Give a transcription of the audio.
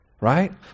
Right